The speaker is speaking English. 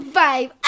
five